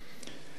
המנהיגות